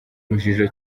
urujijo